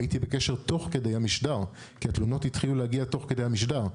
הייתי בקשר תוך כדי המשדר כי התלונות התחילו להגיע תוך כדי המשדר.